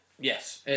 Yes